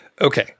Okay